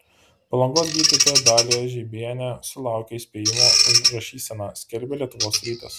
palangos gydytoja dalija žeibienė sulaukė įspėjimo už rašyseną skelbia lietuvos rytas